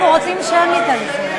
אנחנו רוצים שמית על זה.